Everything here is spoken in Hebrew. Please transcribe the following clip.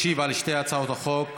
ישיב על שתי הצעות החוק